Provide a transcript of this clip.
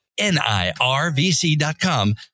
nirvc.com